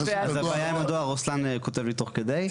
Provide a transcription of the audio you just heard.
הבעיה עם הדואר, רוסלאן כותב לי תוך כדי.